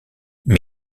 mais